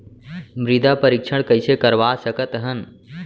मृदा परीक्षण कइसे करवा सकत हन?